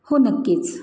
हो नक्कीच